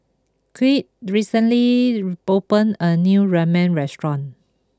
Kirt recently opened a new Ramen restaurant